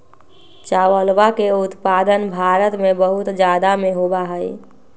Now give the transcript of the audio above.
चावलवा के उत्पादन भारत में बहुत जादा में होबा हई